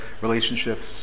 relationships